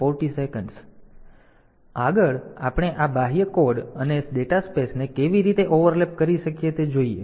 તેથી આગળ આપણે આ બાહ્ય કોડ અને ડેટા સ્પેસને કેવી રીતે ઓવરલેપ કરી શકીએ તે જોઈએ